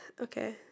Okay